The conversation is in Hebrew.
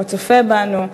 או צופה בנו,